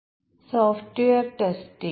ഈ സെഷനിലേക്ക് സ്വാഗതം